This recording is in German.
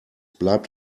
bleibt